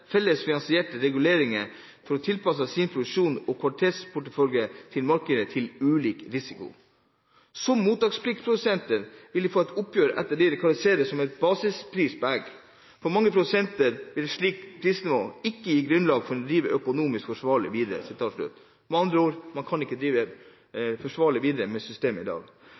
felles finansiert regulering for å tilpasse sin produksjon og kvalitetsportefølje til markedet til ulik risiko. Som «mottakspliktprodusenter» vil de få oppgjør etter det som kan karakteriseres som en basispris på egg. For mange produsenter vil et slikt prisnivå ikke gi grunnlag for å drive økonomisk forsvarlig videre. Med andre ord: Man kan ikke drive forsvarlig videre med systemet i dag.